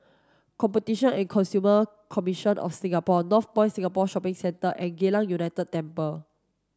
competition and Consumer Commission of Singapore Northpoint Shopping Centre and Geylang United Temple